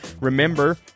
Remember